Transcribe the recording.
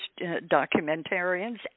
documentarians